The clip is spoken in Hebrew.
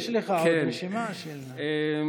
יש לך עוד רשימה של שאילתות.